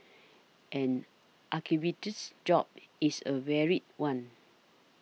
an archivist's job is a varied one